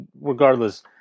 regardless